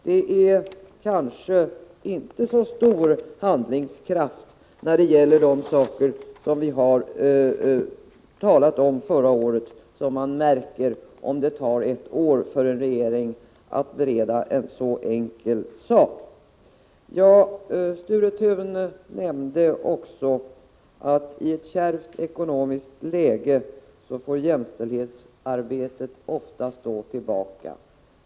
När det tar ett år för regeringen att bereda en så enkel sak kan man inte påstå att regeringen visat någon särskilt stor handlingskraft när det gäller de saker som vi förra året talade om. Sture Thun sade också att jämställdhetsarbetet i ett kärvt ekonomiskt läge ofta får stå tillbaka.